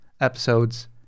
episodes